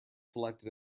selected